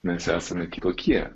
mes esame kitokie